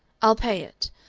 i'll pay it.